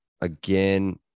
again